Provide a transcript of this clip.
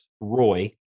Roy